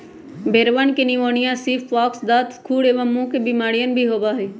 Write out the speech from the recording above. भेंड़वन के निमोनिया, सीप पॉक्स, दस्त, खुर एवं मुँह के बेमारियन भी होबा हई